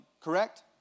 correct